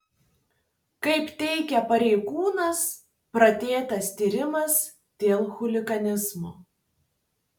kaip teigia pareigūnas pradėtas tyrimas dėl chuliganizmo